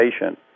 patient